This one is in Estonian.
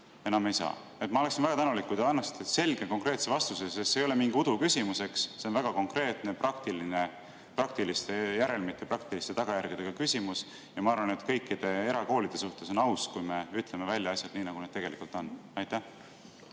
enam ei saa. Ma oleksin väga tänulik, kui te annaksite selge, konkreetse vastuse, sest see ei ole mingi uduküsimus. See on väga konkreetne, praktiline, praktiliste järelmite, praktiliste tagajärgedega küsimus ja ma arvan, et kõikide erakoolide suhtes on aus, kui me ütleme välja asjad nii, nagu need tegelikult on. Aitäh!